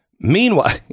Meanwhile